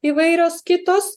įvairios kitos